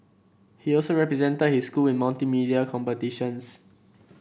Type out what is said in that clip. he also represented his school in multimedia competitions